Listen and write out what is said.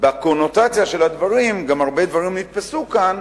בקונוטציה של הדברים, גם הרבה דברים נתפסו כאן,